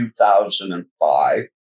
2005